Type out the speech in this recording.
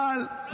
מה המספר היום?